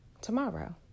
tomorrow